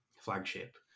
flagship